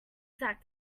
exact